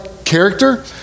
character